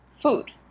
food